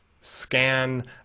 scan